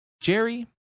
Jerry